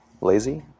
lazy